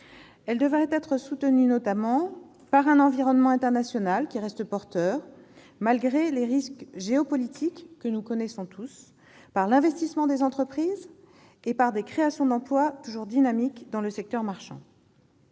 devrait être soutenue notamment par un environnement international qui reste porteur malgré les risques géopolitiques que nous connaissons tous, par l'investissement des entreprises et par des créations d'emplois toujours dynamiques dans le secteur marchand.